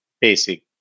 basic